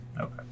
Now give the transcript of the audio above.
Okay